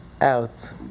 out